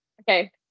okay